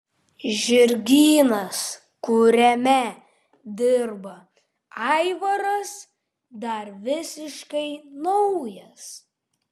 žirgynas kuriame dirba aivaras dar visiškai naujas